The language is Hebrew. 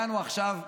עכשיו,